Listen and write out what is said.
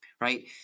right